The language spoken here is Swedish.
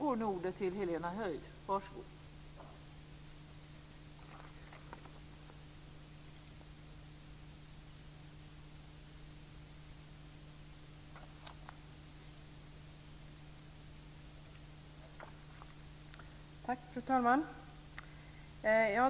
Fru talman!